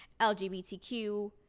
LGBTQ